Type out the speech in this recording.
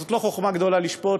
זאת לא חוכמה גדולה לשפוט,